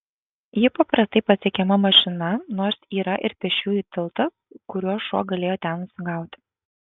ji paprastai pasiekiama mašina nors yra ir pėsčiųjų tiltas kuriuo šuo galėjo ten nusigauti